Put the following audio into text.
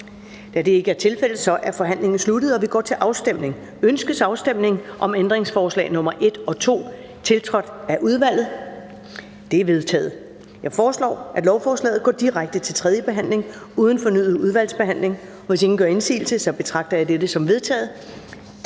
Da det ikke er tilfældet, er forhandlingen sluttet, og vi går til afstemning. Kl. 10:02 Afstemning Første næstformand (Karen Ellemann): Ønskes afstemning om ændringsforslag nr. 1-4, tiltrådt af udvalget? De er vedtaget. Jeg foreslår, at lovforslaget går direkte til tredje behandling uden fornyet udvalgsbehandling. Hvis ingen gør indsigelse, betragter jeg dette som vedtaget.